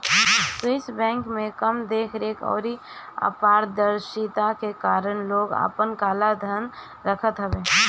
Swiss bank में कम देख रेख अउरी अपारदर्शिता के कारण लोग आपन काला धन रखत हवे